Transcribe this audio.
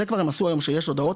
זה כבר הם עשו היום שיש הודעות.